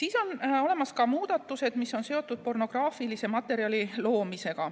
Siis on olemas muudatused, mis on seotud pornograafilise materjali loomisega,